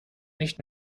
nicht